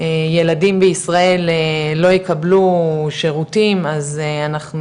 ילדים בישראל לא יקבלו שירותים אז אנחנו